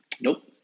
Nope